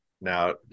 now